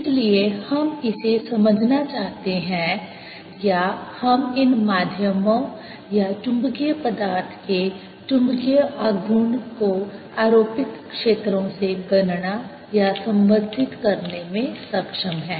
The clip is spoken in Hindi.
इसलिए हम इसे समझना चाहते हैं या हम इन माध्यमों या चुंबकीय पदार्थ के चुंबकीय आघूर्ण को आरोपित क्षेत्रों से गणना या संबंधित करने में सक्षम हैं